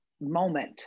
moment